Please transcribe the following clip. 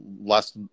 last